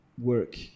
work